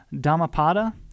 Dhammapada